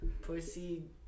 Pussy